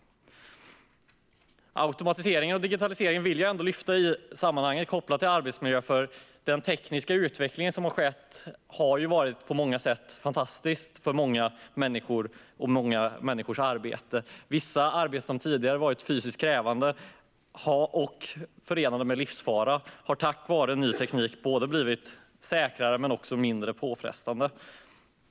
Jag vill ändå i sammanhanget lyfta fram automatiseringen och digitaliseringen kopplat till arbetsmiljön, för den tekniska utveckling som har skett har ju på många sätt varit fantastisk för många människor och många människors arbete. Vissa arbeten som tidigare har varit fysiskt krävande och förenade med livsfara har tack vare ny teknik blivit både säkrare och mindre påfrestande.